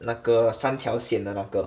那个三条线的那个